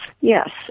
yes